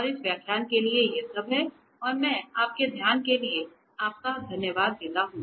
और इस व्याख्यान के लिए यह सब है और मैं आपके ध्यान के लिए बहुत धन्यवाद देता हूं